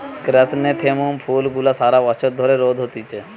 chrysanthemum ফুল গুলা সারা বছর ধরে রোদে হতিছে